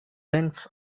length